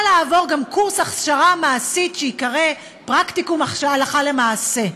לעבור גם קורס הכשרה מעשית שייקרא פרקטיקום הלכה למעשה.